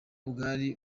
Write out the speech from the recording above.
bwari